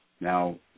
Now